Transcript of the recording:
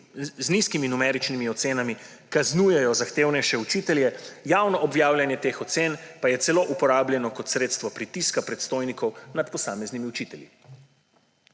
z nizkimi numeričnimi ocenami kaznujejo zahtevnejše učitelje, javno objavljanje teh ocen pa je celo uporabljeno kot sredstvo pritiska predstojnikov nad posameznimi učitelji.